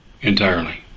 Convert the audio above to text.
entirely